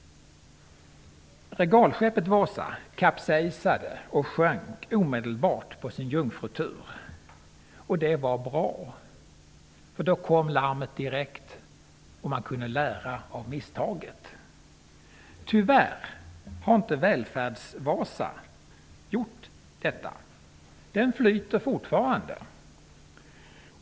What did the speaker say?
Regalskeppet Vasa kapsejsade och sjönk omedelbart på sin jungrutur, och det var bra, för då kom larmet direkt och man kunde lära av misstaget. Tyvärr har inte välfärds-Vasa gjort detta. Den flyter fortfarande.